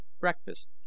breakfast